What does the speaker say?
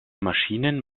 maschinen